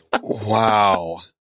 Wow